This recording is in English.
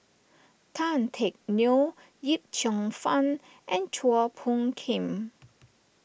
Tan Teck Neo Yip Cheong Fun and Chua Phung Kim